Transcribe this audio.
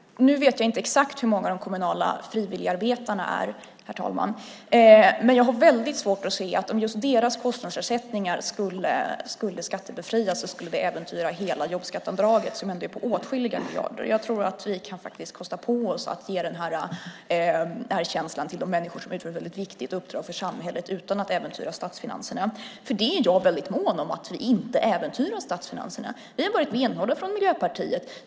Herr talman! Nu vet jag inte exakt hur många de kommunala frivilligarbetarna är, men jag har väldigt svårt att se att det skulle äventyra hela jobbskatteavdraget om just deras kostnadsersättningar skulle skattebefrias. Jobbskatteavdraget är ändå på åtskilliga miljarder. Jag tror faktiskt att vi kan kosta på oss att ge denna erkänsla till de människor som utför ett väldigt viktigt uppdrag för samhället utan att vi äventyrar statsfinanserna. Jag är väldigt mån om att vi inte äventyrar statsfinanserna. Vi har varit benhårda från Miljöpartiet.